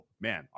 man